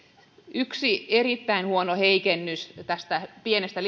yksi erittäin huono heikennys tästä pienestä